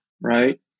right